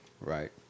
right